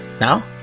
Now